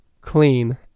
clean